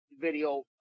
video